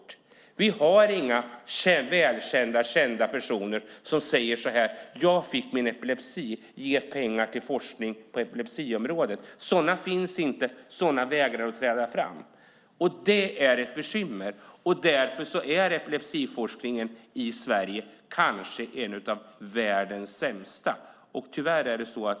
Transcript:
Vi har inga välkända personer som säger: Jag fick epilepsi, ge pengar till forskning på epilepsiområdet. Sådana finns inte, sådana vägrar att träda fram. Det är ett bekymmer, och därför är epilepsiforskningen i Sverige kanske en av världens sämsta.